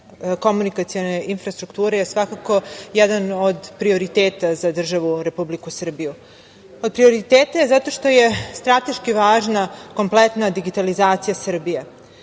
komunikacione infrastrukture je svakako jedan od prioriteta za državu Republiku Srbiju. Od prioriteta je zato što je strateški važna kompletna digitalizacija Srbije. Mi